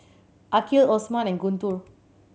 Aqil Osman and Guntur